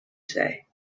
say